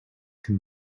can